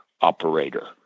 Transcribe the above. operator